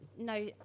no